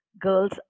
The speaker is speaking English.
girls